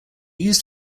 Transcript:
used